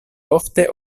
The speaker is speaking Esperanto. ofte